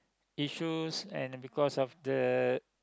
issues and because of the